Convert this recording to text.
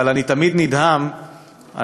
אבל אני תמיד נדהם מהמנעד,